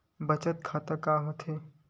बचत खाता का होथे?